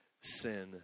sin